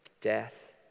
death